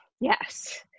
Yes